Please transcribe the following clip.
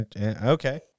okay